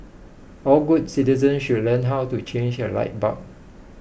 all good citizens should learn how to change a light bulb